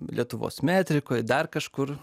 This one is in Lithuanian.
lietuvos metrikoj dar kažkur